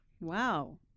Wow